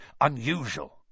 unusual